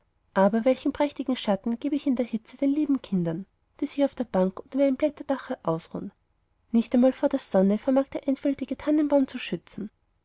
aber welchen prächtigen schatten gebe ich in der hitze den lieben kindern die sich auf der bank unter meinem blätterdache ausruhen nicht einmal vor der sonne vermag der einfältige tannenbaum zu schützen